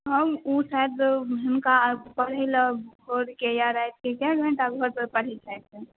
हम ओ शायद हुनका पढ़ैलए घरपर कए घण्टा रातिके पढ़ै छथि